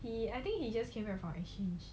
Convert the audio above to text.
he I think he just came back from exchange